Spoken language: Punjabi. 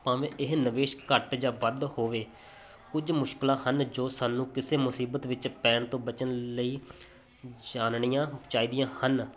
ਭਾਵੇਂ ਇਹ ਨਿਵੇਸ਼ ਘੱਟ ਜਾਂ ਵੱਧ ਹੋਵੇ ਕੁਝ ਮੁਸ਼ਕਿਲਾਂ ਹਨ ਜੋ ਸਾਨੂੰ ਕਿਸੇ ਮੁਸੀਬਤ ਵਿੱਚ ਪੈਣ ਤੋਂ ਬਚਣ ਲਈ ਜਾਨਣੀਆਂ ਚਾਹੀਦੀਆਂ ਹਨ